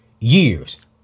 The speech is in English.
years